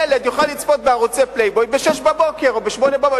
ילד יוכל לצפות בערוץ Playboy ב-06:00 או ב-08:00,